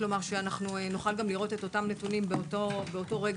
כדי שאנחנו כולם ביחד נוכל לראות את אותם נתונים ובאותו רגע.